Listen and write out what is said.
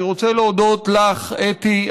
אני רוצה להודות לך, אתי.